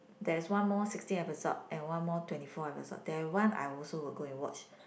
there is one more sixteen episode and one more twenty four episode that one I also will go and watch